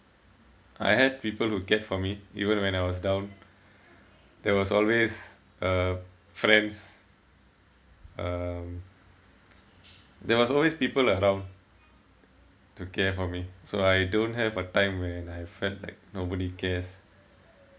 I had people who cared for me even when I was down there was always uh friends um there was always people around to care for me so I don't have a time when I felt like nobody cares